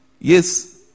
Yes